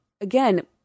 again